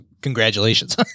congratulations